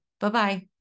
Bye-bye